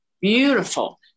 beautiful